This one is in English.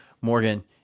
Morgan